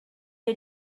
you